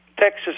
Texas